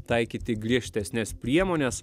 taikyti griežtesnes priemones